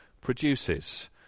produces